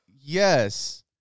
yes